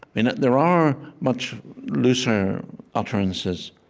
and there are much looser utterances,